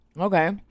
Okay